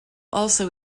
also